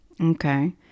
Okay